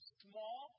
small